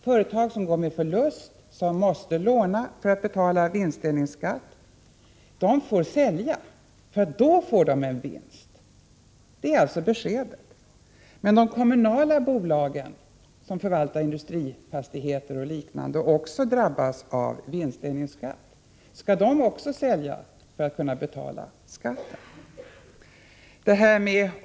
Företag som går med förlust, som måste låna för att betala vinstdelningsskatt, får sälja, för då får de en vinst. Detta är alltså beskedet från finansministern. Men skall även de kommunala bolag som förvaltar industrifastigheter och liknande och som också drabbas av vinstdelningsskatt sälja för att kunna betala skatten?